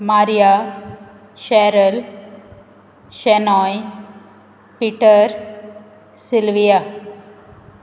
Maria Cheryl Shenoy Peter Sylvia